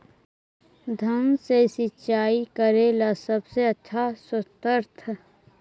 धान मे सिंचाई करे ला सबसे आछा स्त्रोत्र?